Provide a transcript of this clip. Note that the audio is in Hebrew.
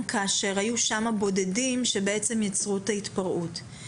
כאשר היו שם בודדים שיצרו את ההתפרעות.